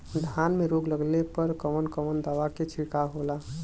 धान में रोग लगले पर कवन कवन दवा के छिड़काव होला?